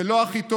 זה לא הכי טוב,